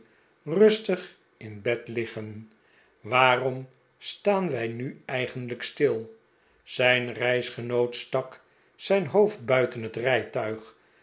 rustig in bed liggen waarom staan wij nu eigenlijk stil zijn reisgenoot stak zijn hoofd buiten het rijtuig